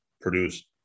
produce